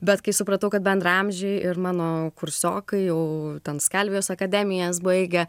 bet kai supratau kad bendraamžiai ir mano kursiokai jau ten skalvijos akademijas baigę